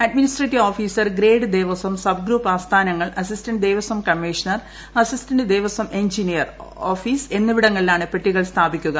അഡ്മിനിസ്ട്രേറ്റീവ officer grade Devaswom subgroup ആസ്ഥാനങ്ങൾ assistant Devaswom commissioner assistant Devaswom engineer office എന്നിവിടങ്ങളിലാണ് പെട്ടികൾ സ്ഥാപിക്കുക